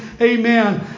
Amen